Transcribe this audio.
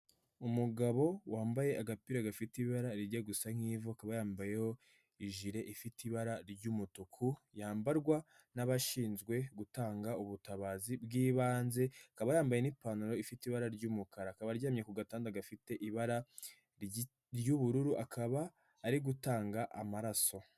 Umugabo wambaye agapira gafite ibara rijya gusa nk'ivu, akaba yambayeho ijile ifite ibara ry'umutuku yambarwa n'abashinzwe gutanga ubutabazi bw'ibanze, akaba yambaye n'ipantaro ifite ibara ry'umukara, akaba aryamye ku gatanda gafite ibara ry'ubururu, akaba ari gutanga amaraso.